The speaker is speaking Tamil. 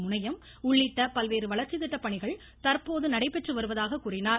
முனையம் உள்ளிட்ட பல்வேறு வளர்ச்சி திட்ட பணிகள் தற்போது நடைபெற்று வருவதாக கூறினார்